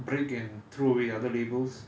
break and throw away other labels